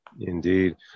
Indeed